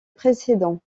précédent